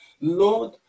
Lord